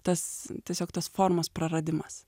tas tiesiog tos formos praradimas